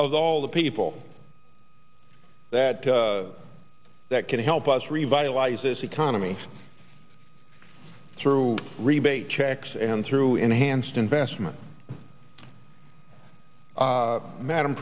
of all the people that that can help us revitalize this economy through rebate checks and through enhanced investment madam